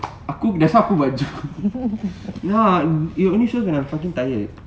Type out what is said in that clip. aku that's why aku no it only show I'm fucking tired